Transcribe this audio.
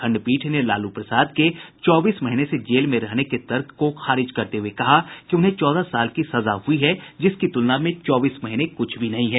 खंडपीठ ने लालू प्रसाद के चौबीस महीने से जेल में रहने के तर्क को खारिज करते हुए कहा कि उन्हें चौदह साल की सजा हुई है जिसकी तुलना में चौबीस महीने कुछ भी नहीं हैं